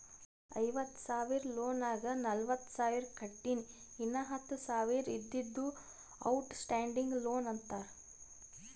ಐವತ್ತ ಸಾವಿರ ಲೋನ್ ನಾಗ್ ನಲ್ವತ್ತ ಸಾವಿರ ಕಟ್ಟಿನಿ ಇನ್ನಾ ಹತ್ತ ಸಾವಿರ ಇದ್ದಿದ್ದು ಔಟ್ ಸ್ಟ್ಯಾಂಡಿಂಗ್ ಲೋನ್ ಅಂತಾರ